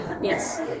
Yes